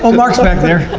but mark's back there.